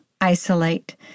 isolate